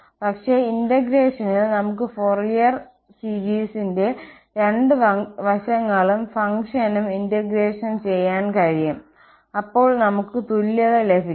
പക്ഷേ ഇന്റഗ്രേഷനിൽ നമുക്ക് ഫോറിയെർ സീരീസിന്റെ രണ്ട് വശങ്ങളും ഫങ്ക്ഷനും ഇന്റഗ്രേഷൻ ചെയ്യാൻ കഴിയും അപ്പോൾ നമുക്ക് തുല്യത ലഭിക്കും